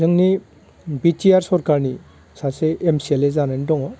जोंनि बिटिआर सरखारनि सासे एम सि एल ए जानायनि दङ